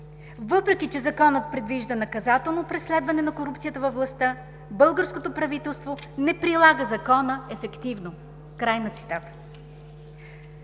Въпреки че законът предвижда наказателно преследване на корупцията във властта, българското правителство не прилага закона ефективно“. Българският